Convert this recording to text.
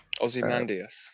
Ozymandias